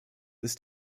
ist